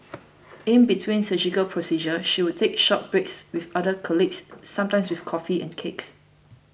in between surgical procedures she would take short breaks with other colleagues sometimes with coffee and cakes